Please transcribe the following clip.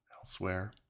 elsewhere